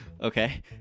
Okay